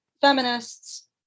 feminists